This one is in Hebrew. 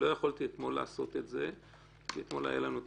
לא יכולתי אתמול לעשות את זה כי היה לנו את